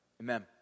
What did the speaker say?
Amen